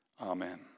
Amen